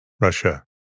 Russia